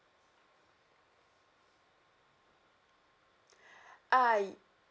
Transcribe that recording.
ah